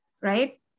right